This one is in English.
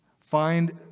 Find